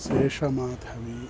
शेषमाधवि